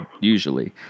usually